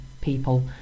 people